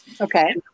okay